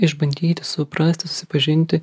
išbandyti suprasti susipažinti